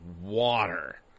water